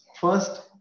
first